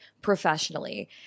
professionally